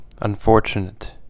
unfortunate